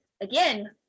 Again